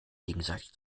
gegenseitig